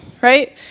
Right